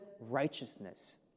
righteousness